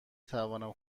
توانم